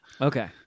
Okay